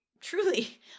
truly